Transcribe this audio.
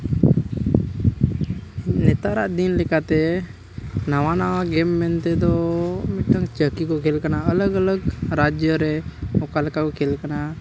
ᱱᱮᱛᱨᱟᱜ ᱫᱤᱱ ᱞᱮᱠᱟᱛᱮ ᱱᱟᱣᱟ ᱱᱟᱣᱟ ᱜᱮᱹᱢ ᱢᱮᱱᱛᱮᱫᱚ ᱢᱤᱫᱴᱟᱱ ᱪᱟᱹᱠᱤ ᱜᱚᱜᱚᱞ ᱠᱟᱱᱟ ᱟᱞᱟᱜᱽ ᱟᱞᱟᱜᱽ ᱨᱟᱡᱽᱡᱚ ᱨᱮ ᱚᱠᱟ ᱞᱮᱠᱟ ᱠᱚ ᱠᱷᱮᱹᱞ ᱠᱟᱱᱟ